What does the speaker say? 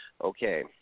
Okay